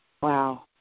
Wow